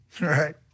Right